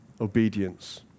obedience